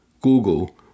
Google